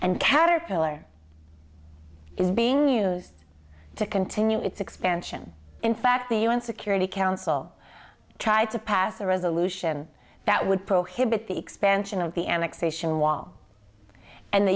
and caterpillar is being used to continue its expansion in fact the un security council tried to pass a resolution that would prohibit the expansion of the an